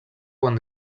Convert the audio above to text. quan